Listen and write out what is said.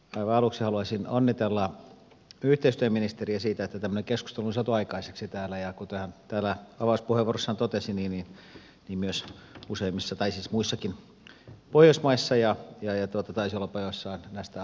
aivan aluksi haluaisin onnitella yhteistyöministeriä siitä että tämmöinen keskustelu on saatu aikaiseksi täällä ja kuten hän täällä avauspuheenvuorossaan totesi muissakin pohjoismaissa ja taisi olla jopa joillain näistä autonomisistakin alueista